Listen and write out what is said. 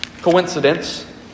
coincidence